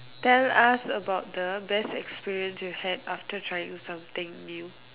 tell us about the best experience you had after trying something new